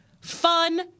fun